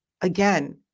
again